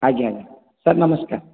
ଆଜ୍ଞା ଆଜ୍ଞା ସାର୍ ନମସ୍କାର